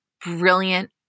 brilliant